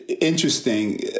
Interesting